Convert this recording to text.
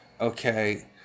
okay